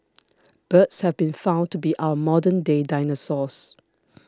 birds have been found to be our modern day dinosaurs